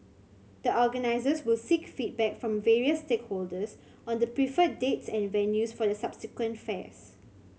the organisers will seek feedback from various stakeholders on the preferred dates and venues for the subsequent fairs